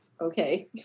Okay